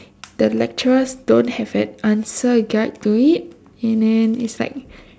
the lecturers don't have an answer guide to it and then it's like